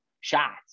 shots